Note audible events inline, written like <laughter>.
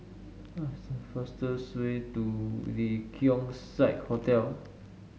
<unintelligible> fastest way to The Keong Saik Hotel